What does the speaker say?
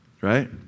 right